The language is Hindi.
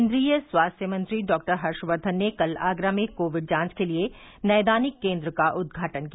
केन्द्रीय स्वास्थ्य मंत्री डॉ हर्षकर्धन ने कल आगरा में कोविड जांच के लिए नैदानिक केंद्र का उदघाटन किया